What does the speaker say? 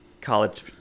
college